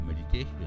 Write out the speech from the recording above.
meditation